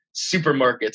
supermarkets